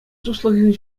туслӑхӗн